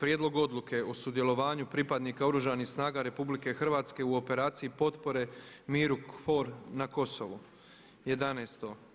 Prijedlog Odluke o sudjelovanju pripadnika Oružanih snaga RH u operaciji potpore miru KFOR na Kosovu, 11.